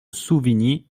souvigny